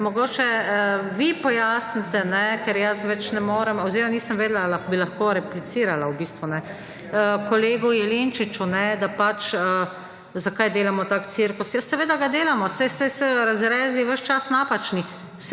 mogoče vi pojasnite, ker jaz več ne morem oziroma nisem vedela ali, bi lahko replicirala v bistvu, kolegu Jelinčiču, da pač, zakaj delamo tak cirkus? Ja seveda ga delamo, saj so razrezi ves čas napačni,